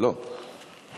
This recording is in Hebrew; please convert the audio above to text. לא, מוותרת.